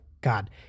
God